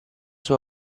sua